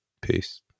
Peace